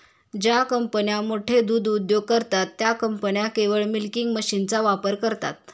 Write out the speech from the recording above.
ज्या कंपन्या मोठे दूध उद्योग करतात, त्या कंपन्या केवळ मिल्किंग मशीनचा वापर करतात